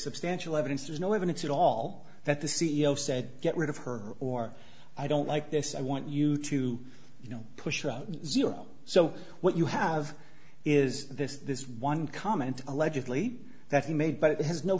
substantial evidence there's no evidence at all that the c e o said get rid of her or i don't like this i want you to you know push zero so what you have is this this one comment allegedly that he made but it has no